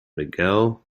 miguel